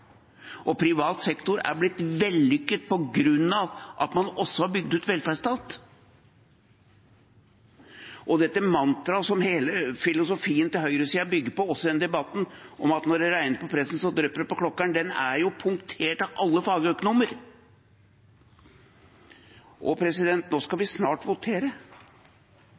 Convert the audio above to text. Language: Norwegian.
Og privat sektor er blitt vellykket fordi man også har bygd ut velferdsstaten. Dette mantraet som hele filosofien til høyresiden bygger på, også i denne debatten, om at når det regner på presten, drypper det på klokkeren, er jo punktert av alle fagøkonomer. Nå skal vi snart votere.